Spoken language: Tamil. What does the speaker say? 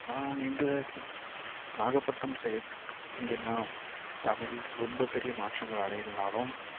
நான் எங்கள் நாகப்பட்டினம் சைடு இங்கே நான் தமிழ் ரொம்ப பெரிய மாற்றங்கள் அடையிலைனாலும்